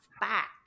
back